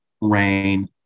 rain